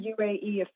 UAE